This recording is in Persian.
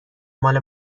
مال